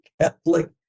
Catholic